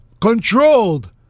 controlled